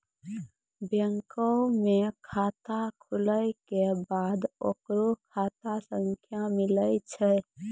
बैंको मे खाता खुलै के बाद ओकरो खाता संख्या मिलै छै